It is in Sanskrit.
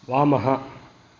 वामः